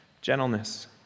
gentleness